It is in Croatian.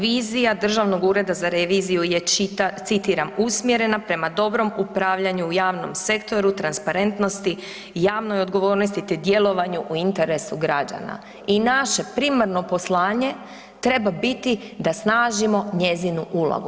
Vizija Državnog ureda za reviziju je citiram: „Usmjerena prema dobrom upravljanju u javnom sektoru, transparentnosti, javnoj odgovornosti te djelovanju u interesu građana.“ I naše primarno poslanje treba biti da snažimo njezinu ulogu.